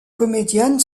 comédienne